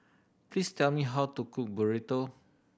please tell me how to cook Burrito